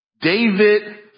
David